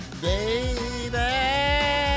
Baby